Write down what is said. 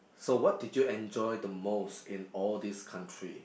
so what did you enjoy the most in all this country